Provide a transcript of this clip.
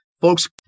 folks